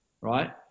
right